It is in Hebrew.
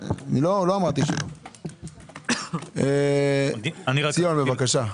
ציון, בבקשה.